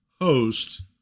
host